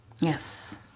Yes